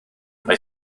mai